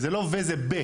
זה לא מה שכתוב פה.